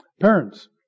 Parents